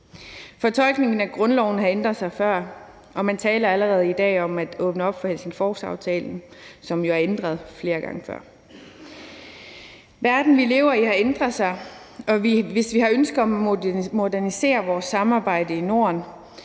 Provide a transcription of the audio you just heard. Fortolkningen af grundloven har ændret sig før, og man taler allerede i dag om at åbne op for Helsingforsaftalen, som jo er ændret flere gange før. Verden, vi lever i, har ændret sig, og hvis vi har ønske om at modernisere vores samarbejde i Norden,